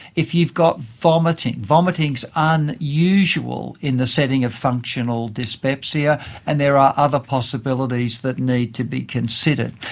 if you've got vomiting. vomiting so is yeah unusual in the setting of functional dyspepsia and there are other possibilities that need to be considered.